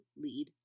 lead